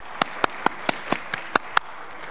(מחיאות כפיים)